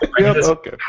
Okay